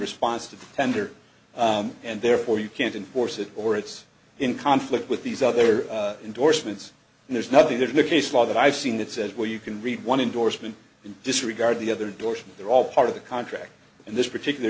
response to the tender and therefore you can't enforce it or it's in conflict with these other indorsements and there's nothing there's no case law that i've seen that says well you can read one endorsement and disregard the other door they're all part of the contract in this particular